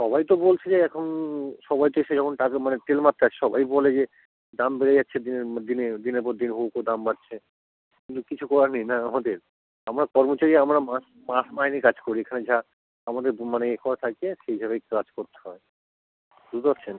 সবাই তো বলছে যে এখন সবার যে সেরকম টাকা মানে তেল মারতে হয় সবাই বলে যে দাম বেড়ে যাচ্ছে দিনে দিনে দিনের পর দিন হু হু করে দাম বাড়চ্ছে কিন্তু কিছু করার নেই না আমাদের আমরা কর্মচারী আমরা মাস মাস মাইনের কাজ করি এখানে যা আমাদের মানে এ করা থাকে সেভাবেই কাজ করতে হয় বুঝতে পারছেন